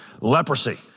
leprosy